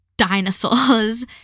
dinosaurs